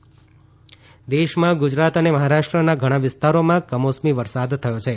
વરસાદ દેશમાં ગુજરાત અને મહારાષ્ટ્રના ઘણા વિસ્તારોમાં કમોસમી વરસાદ થયો છે